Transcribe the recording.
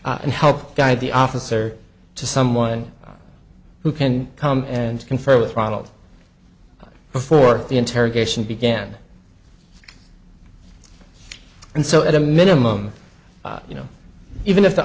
and help guide the officer to someone who can come and confer with ronald before the interrogation began and so at a minimum you know even if the